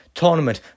tournament